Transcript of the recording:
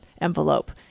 envelope